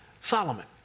Solomon